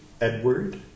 Edward